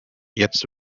jetzt